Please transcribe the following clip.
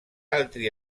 altri